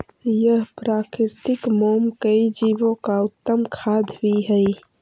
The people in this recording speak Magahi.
यह प्राकृतिक मोम कई जीवो का उत्तम खाद्य भी हई